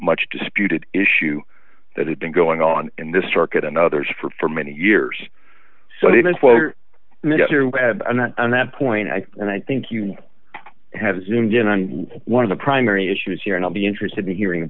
much disputed issue that had been going on in this circuit and others for for many years so even when on that point i and i think you have zoomed in on one of the primary issues here and i'll be interested in hearing